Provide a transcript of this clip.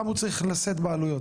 למה הוא צריך לשאת בעלויות,